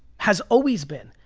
has always been.